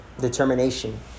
determination